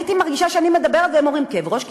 הייתי מרגישה שאני מדברת והם אומרים: כאב ראש,